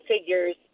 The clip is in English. figures